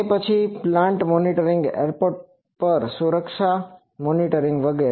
તે પછી plant monitoring airport પર સુરક્ષા મોનિટરિંગ વગેરે